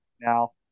now